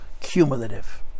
cumulative